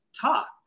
talk